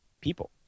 people